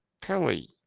kelly